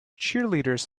cheerleaders